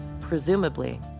presumably